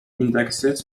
indexes